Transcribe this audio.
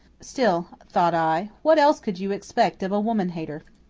still, thought i, what else could you expect of a woman hater?